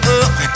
up